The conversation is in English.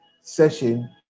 session